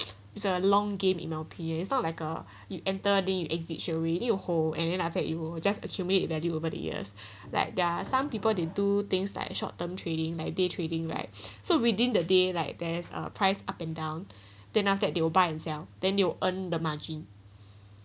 is a the long game in my opinion it's not like uh you enter and then exit shall we and then you hold and then after that you just accumulate value over the years like there are some people they do things like short term trading like day trading like so within the day like there's a price up and down then after that they will buy and sell then your earn the margin